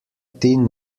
thin